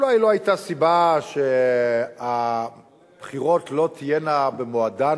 אולי לא היתה סיבה שהבחירות לא תהיינה במועדן,